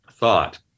thought